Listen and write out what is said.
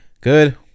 good